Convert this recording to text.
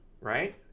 right